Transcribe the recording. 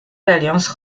l’alliance